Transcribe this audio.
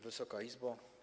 Wysoka Izbo!